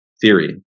theory